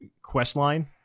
questline